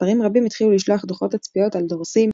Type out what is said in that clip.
צפרים רבים התחילו לשלוח דו"חות תצפיות על דורסים,